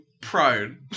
prone